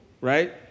right